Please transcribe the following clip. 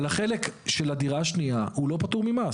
על החלק של הדירה השנייה הוא לא פטור ממס.